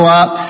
up